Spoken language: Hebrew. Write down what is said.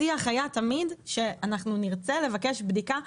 השיח היה תמיד שנרצה לבקש בדיקה.